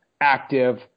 active